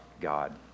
God